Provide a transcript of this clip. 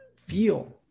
feel